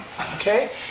Okay